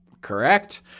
Correct